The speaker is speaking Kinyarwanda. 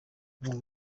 ubwo